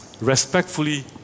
Respectfully